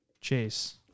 Chase